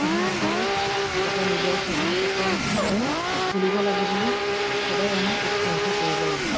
শিশুসকলক এটা নিজৰ ছেভিংছ একাউণ্ট খুলিব লাগে বুলি সদায় আমি উৎসাহিত কৰিব লাগে